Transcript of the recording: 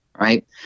Right